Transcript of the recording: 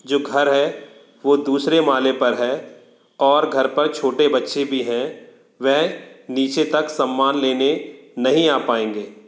जो घर है वो दूसरे माले पर है और घर पर छोटे बच्चे भी है वह नीचे तक सम्मान लेने नहीं आ पाएंगे